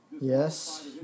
Yes